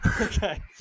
Okay